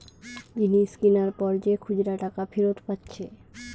জিনিস কিনার পর যে খুচরা টাকা ফিরত পাচ্ছে